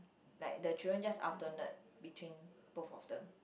like the children just alternate between both of them